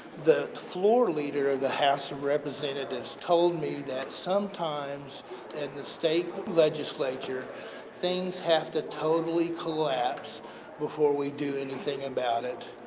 the floor leader of the house of representatives told me that sometimes in the state legislature things have to totally collapse before we do anything about it.